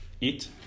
eat